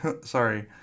Sorry